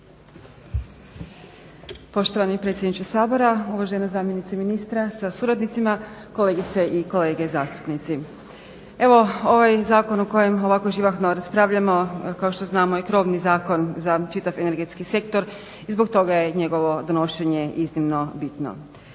Poštovani predsjedniče Sabora, uvažena zamjenice ministra sa suradnicima, kolegice i kolege zastupnici. Evo ovaj zakon o kojem ovako živahno raspravljamo kao što znamo je krovni zakon za čitav energetski sektor i zbog toga je njegovo donošenje iznimno bitno.